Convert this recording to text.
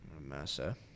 Massa